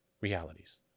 realities